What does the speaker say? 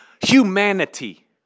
humanity